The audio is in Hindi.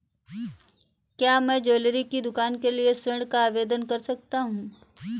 क्या मैं ज्वैलरी की दुकान के लिए ऋण का आवेदन कर सकता हूँ?